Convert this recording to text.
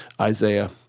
Isaiah